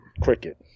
cricket